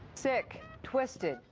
sick, twisted,